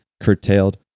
curtailed